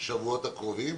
בשבועות הקרובים,